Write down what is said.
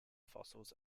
fossils